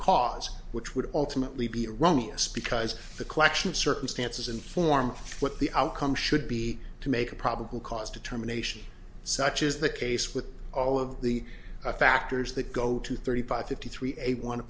cause which would ultimately be a wrongness because the collection circumstances inform what the outcome should be to make a probable cause determination such is the case with all of the factors that go to thirty five fifty three